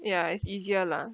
ya it's easier lah